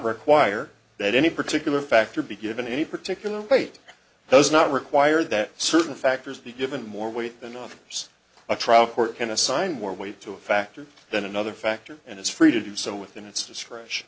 require that any particular factor be given any particular date those not required that certain factors be given more weight than offers a trial court can assign more weight to a factor than another factor and it's free to do so within its discretion